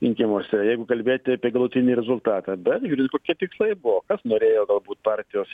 rinkimuose jeigu kalbėti apie galutinį rezultatą bet žiūrint kokie tikslai buvo kas norėjo galbūt partijos